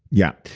yeah.